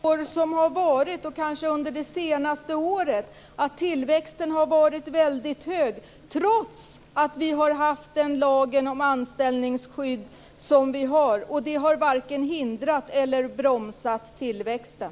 Fru talman! Vi kan se att tillväxten under de senaste åren, kanske just under det senaste året, har varit väldigt hög, trots att vi har haft den lag om anställningsskydd som vi har. Den har varken hindrat eller bromsat tillväxten.